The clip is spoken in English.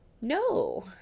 No